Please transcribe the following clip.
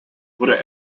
wurde